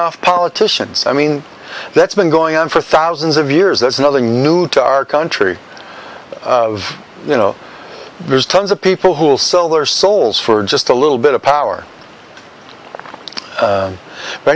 off politicians i mean that's been going on for thousands of years there's nothing new to our country of you know there's tons of people who will sell their souls for just a little bit of power